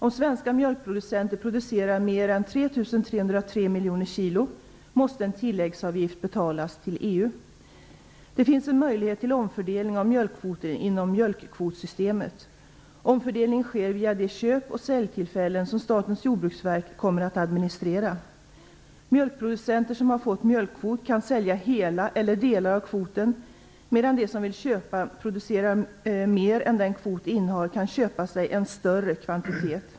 Om svenska mjölkproducenter producerar mer än 3 303 miljoner kg måste en tilläggsavgift betalas till EU. Det finns en möjlighet till omfördelning av mjölkkvoter inom mjölkkvotssystemet. Omfördelning sker via de köp och säljtillfällen som Statens jordbruksverk kommer att administrera. Mjölkproducenter som har fått mjölkkvot kan sälja hela eller delar av kvoten medan de som vill producera mer än den kvot de innehar kan köpa sig en större kvantitet.